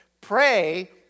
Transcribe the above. pray